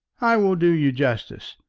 i will do you justice,